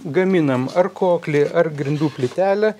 gaminam ar koklį ar grindų plytelę